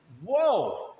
Whoa